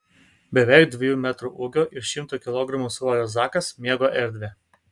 beveik dviejų metrų ūgio ir šimto kilogramų svorio zakas mėgo erdvę